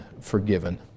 forgiven